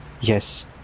Yes